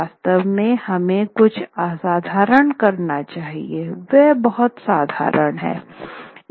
वास्तव में हमे कुछ असाधारण करना चाहिए यह बहुत साधारण है